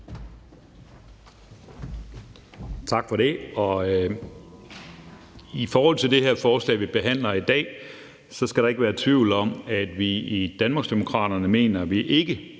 Tak for det. I forhold til det her forslag, vi behandler i dag, skal der ikke være tvivl om, at vi i Danmarksdemokraterne ikke mener, vi skal